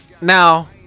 Now